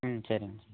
ம் சரிங்கண்ணா